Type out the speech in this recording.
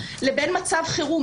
לבין מצב חירום.